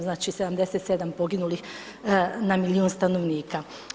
Znači 77 poginulih na milion stanovnika.